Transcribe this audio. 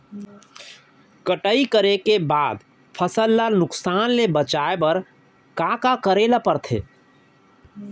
कटाई करे के बाद फसल ल नुकसान ले बचाये बर का का करे ल पड़थे?